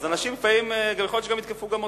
אז אנשים יכול להיות שיתקפו גם אותך,